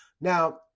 Now